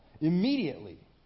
immediately